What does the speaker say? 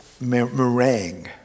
meringue